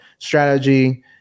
strategy